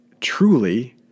truly